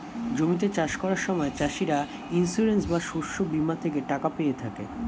জমিতে চাষ করার সময় চাষিরা ইন্সিওরেন্স বা শস্য বীমা থেকে টাকা পেয়ে থাকে